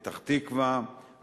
פתח-תקווה,